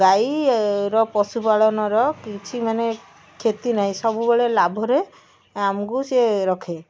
ଗାଈର ପଶୁପାଳନର କିଛି ମାନେ କ୍ଷତି ନାହିଁ ସବୁବେଳେ ଲାଭରେ ଆମକୁ ସିଏ ରଖେ